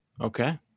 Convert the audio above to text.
Okay